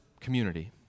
community